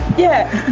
yeah.